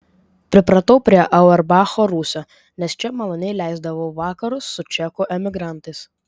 pripratau prie auerbacho rūsio nes čia maloniai leisdavau vakarus su čekų emigrantais